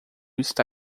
está